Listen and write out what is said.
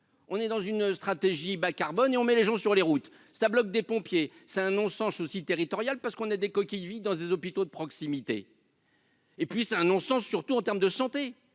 on est dans une stratégie bas-carbone on met les gens sur les routes, ça bloque des pompiers, c'est un non-sens aussi territoriale parce qu'on a des coquilles vides dans des hôpitaux de proximité. Et puis, c'est un non-sens, surtout en termes de santé